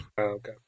Okay